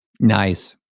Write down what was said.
Nice